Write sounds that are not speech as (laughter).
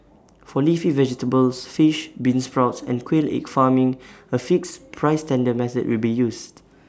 for leafy vegetables fish beansprouts and quail (noise) egg farming A fixed price tender method will be used